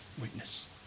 witness